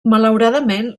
malauradament